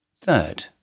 third